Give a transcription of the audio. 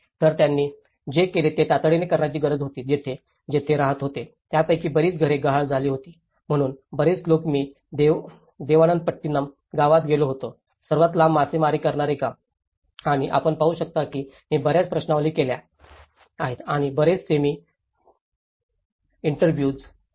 तर त्यांनी जे केले ते तातडीने करण्याची गरज होती जिथे जिथे रहायचे होते त्यापैकी बरीच घरे गहाळ झाली होती म्हणून बरेच लोक मी देवानंपट्टिनम गावात गेलो होतो सर्वात लांब मासेमारी करणारे गाव आणि आपण पाहू शकता की मी बर्याच प्रश्नावली घेतल्या आहेत आणि बरेच सेमी स्त्रुकतुरेड इन्टेर्वीएवस